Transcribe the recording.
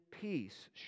peace